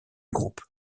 groupe